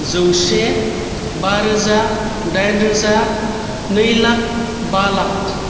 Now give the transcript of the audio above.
जौसे बा रोजा दाइन रोजा नै लाख बा लाख